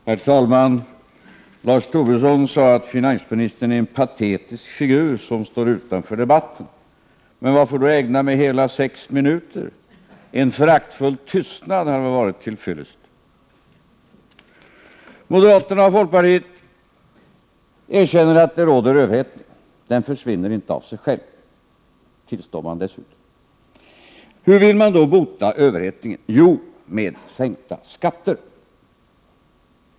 Herr talman! Lars Tobisson sade att finansministern är en patetisk figur som står utanför debatten. Men varför då ägna mig hela sex minuter? En föraktfull tystnad hade väl varit till fyllest. Moderaterna och folkpartiet erkänner att det råder överhettning. Den försvinner inte av sig själv, tillstår man dessutom. Hur vill man då bota överhettningen? Jo, med sänkta skatter.